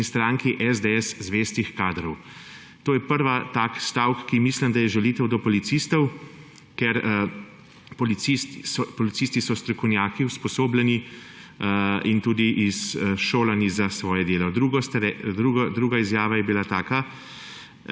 in stranki SDS zvestih kadrov. To je prvi tak stavek, ki mislim, da je žalitev do policistov, ker policisti so strokovnjaki, usposobljeni in tudi izšolani za svoje delo. Druga izjava je bila taka: